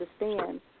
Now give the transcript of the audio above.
understand